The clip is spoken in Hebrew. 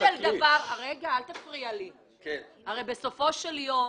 הרי בסופו של יום,